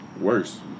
worse